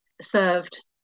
served